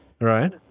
Right